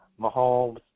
Mahomes